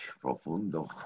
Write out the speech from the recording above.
profundo